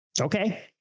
Okay